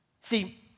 See